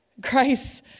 grace